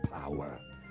power